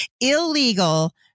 illegal